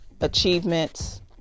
achievements